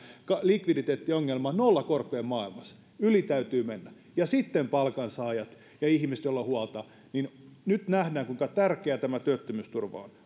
likviditeettiongelmaan nollakorkojen maailmassa yli täytyy mennä ja sitten palkansaajat ja ihmiset joilla on huolta nyt nähdään kuinka tärkeä tämä työttömyysturva on